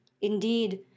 Indeed